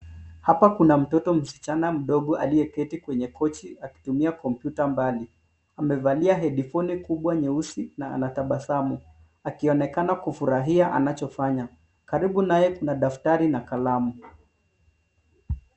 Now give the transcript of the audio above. Hapa kuna mtoto mschana mdogo aliyeketi kwenye kochi akitumia kompyuta mbali. Amevalia hedifoni kubwa nyeusi na anatabasamu akionekana kufurahia anachofanya. Karibu naye kuna daftari na kalamu.